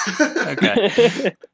Okay